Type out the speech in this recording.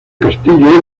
castillo